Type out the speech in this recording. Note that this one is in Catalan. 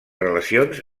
relacions